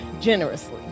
generously